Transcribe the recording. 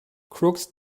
crooks